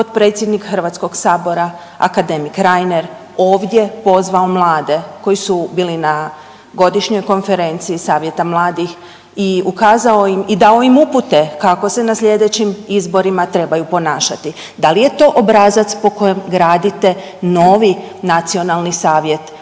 potpredsjednik HS-a akademik Reiner ovdje pozvao mlade koji su bili na godišnjoj konferenciji savjeta mladih i ukazao im i dao im upute kako se na sljedećim izborima trebaju ponašati. Da li je to obrazac po kojem gradite novi nacionalni savjet